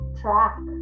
track